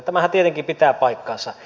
tämähän tietenkin pitää paikkansa